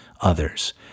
others